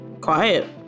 quiet